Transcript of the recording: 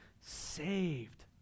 saved